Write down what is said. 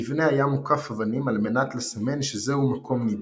המבנה היה מוקף אבנים על מנת לסמן שזהו מקום נידה.